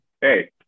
Hey